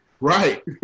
Right